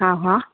हा हा